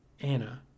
Anna